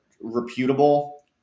reputable